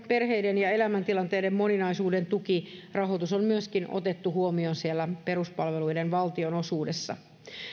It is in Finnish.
perheiden ja elämäntilanteiden moninaisuuden tukirahoitus on myöskin otettu huomioon siellä peruspalveluiden valtionosuudessa